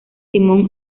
simón